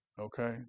okay